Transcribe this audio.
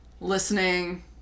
listening